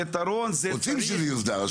רוצים שיוסדר.